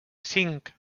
cinc